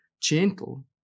gentle